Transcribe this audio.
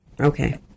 Okay